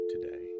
today